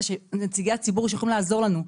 נציגי הציבור שיכולים לעזור לנו.